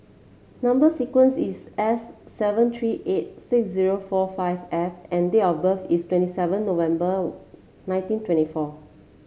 number sequence is S seven three eight six zero four five F and date of birth is twenty seven November nineteen twenty four